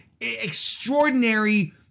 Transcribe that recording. extraordinary